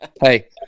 Hey